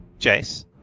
Jace